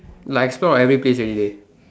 like so I explore every place already